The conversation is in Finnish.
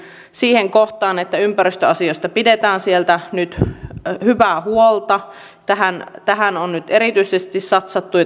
siihen kohtaan että ympäristöasioista pidetään siellä nyt hyvää huolta tähän ja työturvallisuuteen on nyt erityisesti satsattu